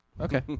Okay